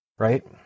right